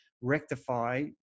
rectify